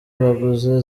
baguze